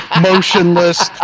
motionless